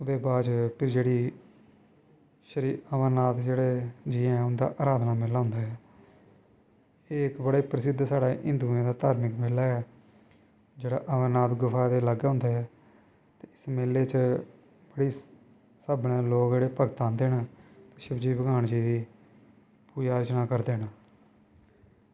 ते ओह्दे बाद च भी जेह्ड़ी श्री अमरनाथ जेह्ड़े जियां उंदा अराधना बेल्ला होंदा ऐ एह् इक्क बड़ा प्रसिद्ध साढ़ा हिंदुएं दा मेला ऐ जेह्ड़ा अमरनाथ गुफा दे अलग होंदा ऐ ते इस मेले च पलीस स्हाबै नै लोग जेह्ड़े परतांदे न शिवजी भगवान दी पूजा अर्चना करदे न